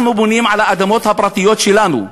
אנחנו בונים על האדמות הפרטיות שלנו.